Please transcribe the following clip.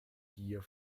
gier